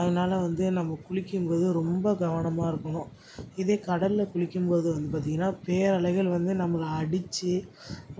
அதனால் வந்து நம்ம குளிக்கும் போது ரொம்ப கவனமாக இருக்கணும் இதே கடலில் குளிக்கும் போது வந்து பார்த்திங்கன்னா பேர் அலைகள் வந்து நம்மளை அடிச்சு